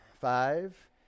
Five